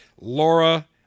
Laura